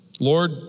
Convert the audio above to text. Lord